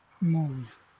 move